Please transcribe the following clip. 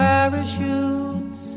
Parachutes